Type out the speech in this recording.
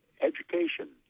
education